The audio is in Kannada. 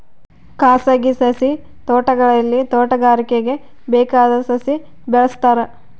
ಖಾಸಗಿ ಸಸಿ ತೋಟಗಳಲ್ಲಿ ತೋಟಗಾರಿಕೆಗೆ ಬೇಕಾದ ಸಸಿ ಬೆಳೆಸ್ತಾರ